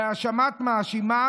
בהאשמת מאשימיו.